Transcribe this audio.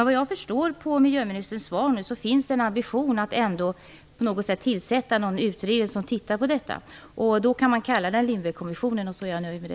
Såvitt jag förstår av miljöministerns svar finns det en ambition att man på något sätt skall tillsätta en utredning som tittar på detta. Om man kallar den Lindbeckkommissionen är jag nöjd.